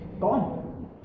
Gone